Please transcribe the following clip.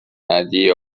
idea